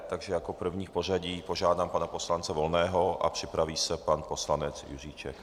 Takže jako první v pořadí požádám pana poslance Volného a připraví se pan poslanec Juříček.